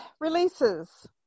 Releases